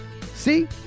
See